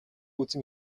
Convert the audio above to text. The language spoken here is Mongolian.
үзэн